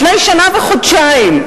לפני שנה וחודשיים,